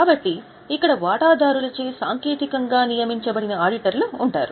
కాబట్టి ఇక్కడ వాటాదారులచే సాంకేతికంగా నియమించబడిన ఆడిటర్లు ఉంటారు